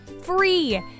free